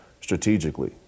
strategically